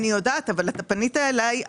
אני יודעת אבל אתה פנית אלי.